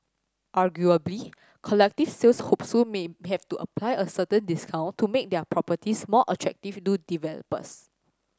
arguably collective sales hopefuls may have to apply a certain discount to make their properties more attractive to developers